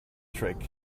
trick